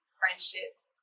friendships